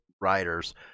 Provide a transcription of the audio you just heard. riders